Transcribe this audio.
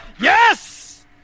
Yes